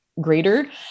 greater